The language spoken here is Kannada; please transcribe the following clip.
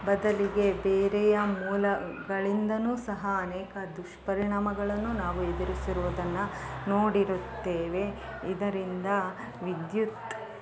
ಬದಲಿಗೆ ಬೇರೆಯ ಮೂಲಗಳಿಂದ ಸಹ ಅನೇಕ ದುಷ್ಪರಿಣಾಮಗಳನ್ನು ನಾವು ಎದುರಿಸಿರುವುದನ್ನ ನೋಡಿರುತ್ತೇವೆ ಇದರಿಂದ ವಿದ್ಯುತ್